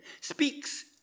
speaks